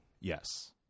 Yes